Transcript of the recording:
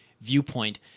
viewpoint